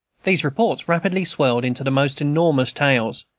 these reports rapidly swelled into the most enormous tales,